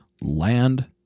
land